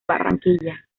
barranquilla